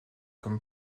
comme